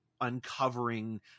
uncovering